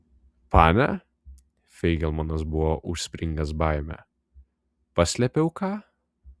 pane feigelmanas buvo užspringęs baime paslėpiau ką